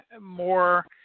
more